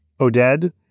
Oded